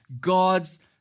God's